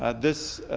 ah this,